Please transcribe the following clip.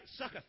sucketh